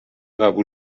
قبول